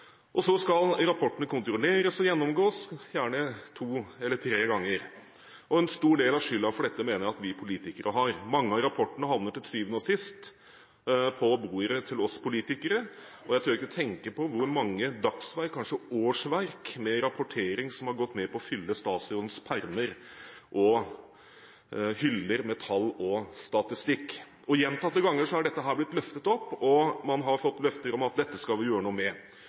Så skal rapportene kontrolleres og gjennomgås – gjerne to eller tre ganger. En stor del av skylden for dette mener jeg at vi politikere har. Mange av rapportene havner til syvende og sist på bordet til oss politikere. Jeg tør ikke tenke på hvor mange dagsverk, kanskje årsverk, med rapportering som har gått med til å fylle statsrådens permer og hyller med tall og statistikk. Gjentatte ganger har dette blitt løftet opp, og man har fått løfter om at dette skal vi gjøre noe med.